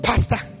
Pastor